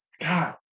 god